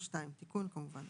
היום ה-23 ביוני 2022, כ"ד